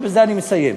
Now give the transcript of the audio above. ובזה אני מסיים.